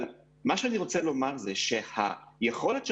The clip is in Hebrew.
מה שאני רוצה לומר הוא שהיכולת של